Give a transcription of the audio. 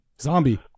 Zombie